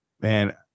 Man